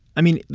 i mean,